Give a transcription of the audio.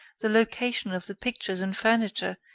the location of the pictures and furniture,